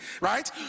right